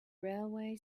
railway